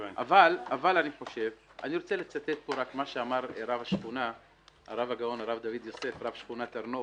אני רוצה לצטט פה את מה שאמר רב שכונת הר נוף,